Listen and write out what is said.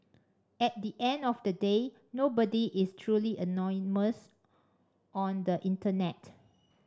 at the end of the day nobody is truly anonymous on the internet